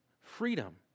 freedom